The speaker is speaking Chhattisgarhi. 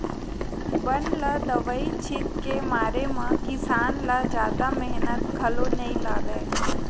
बन ल दवई छित के मारे म किसान ल जादा मेहनत घलो नइ लागय